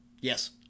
Yes